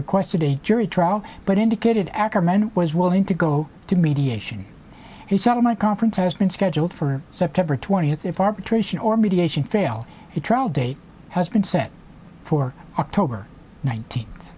requested a jury trial but indicated ackerman was willing to go to mediation and settlement conference has been scheduled for september twentieth if arbitration or mediation fail to trial date has been set for october nineteenth